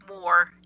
More